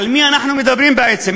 על מי אנחנו מדברים בעצם?